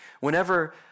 Whenever